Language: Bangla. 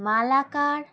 মালাকার